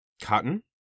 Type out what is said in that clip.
Cotton